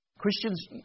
Christians